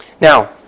Now